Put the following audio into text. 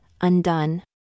undone